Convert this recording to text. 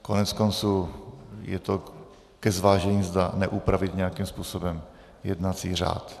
Koneckonců je to ke zvážení, zda neupravit nějakým způsobem jednací řád.